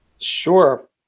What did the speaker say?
Sure